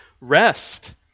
Rest